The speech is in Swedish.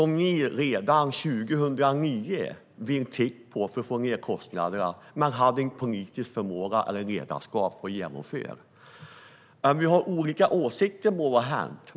Redan 2009 tittade ni på möjligheten att sänka kostnaderna, men ni hade inte politisk förmåga eller ledarskapet att genomföra detta. Att vi har olika åsikter må vara hänt.